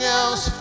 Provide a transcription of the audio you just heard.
else